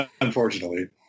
unfortunately